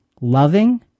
Loving